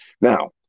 Now